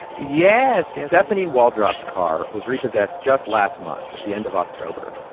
yeah so yeah stephanie waldrop's car was repossessed just last month at the end of october.